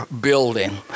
building